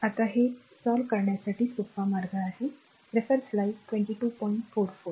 तर गोष्ट गुंतागुंतीच्या करण्यापेक्षा मी सर्वात सोपा मार्ग काय करू शकतो